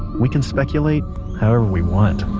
we can speculate however we want